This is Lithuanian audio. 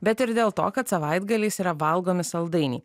bet ir dėl to kad savaitgaliais yra valgomi saldainiai